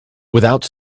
without